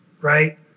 right